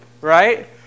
right